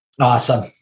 awesome